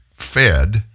fed